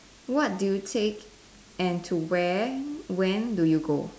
what do you take and to where when do you go